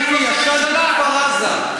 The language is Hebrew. הייתי עכשיו בכפר-עזה,